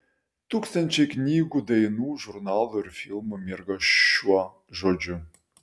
tūkstančiai knygų dainų žurnalų ir filmų mirga šiuo žodžiu